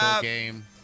game